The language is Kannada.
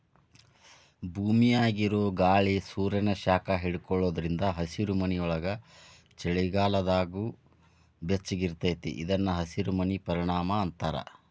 ಭೂಮ್ಯಾಗಿರೊ ಗಾಳಿ ಸೂರ್ಯಾನ ಶಾಖ ಹಿಡ್ಕೊಳೋದ್ರಿಂದ ಹಸಿರುಮನಿಯೊಳಗ ಚಳಿಗಾಲದಾಗೂ ಬೆಚ್ಚಗಿರತೇತಿ ಇದನ್ನ ಹಸಿರಮನಿ ಪರಿಣಾಮ ಅಂತಾರ